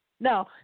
No